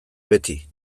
beti